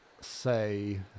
say